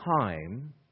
time